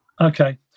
Okay